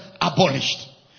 abolished